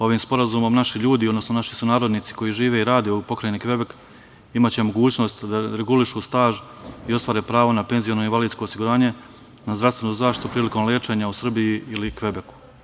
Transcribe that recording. Ovim sporazumom naši ljudi, odnosno naši sunarodnici koji žive i rade u pokrajini Kvebek imaće mogućnost da regulišu staž i ostvare pravo na PIO, na zdravstvenu zaštitu prilikom lečenja u Srbiji ili Kvebeku.